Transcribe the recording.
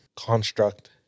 construct